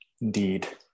indeed